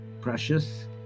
precious